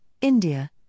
India